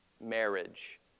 marriage